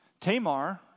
Tamar